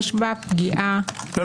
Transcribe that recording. יש בה פגיעה --- לא,